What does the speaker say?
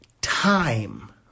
time